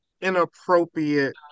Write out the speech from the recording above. inappropriate